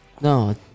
No